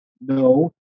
no